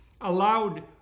allowed